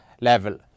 level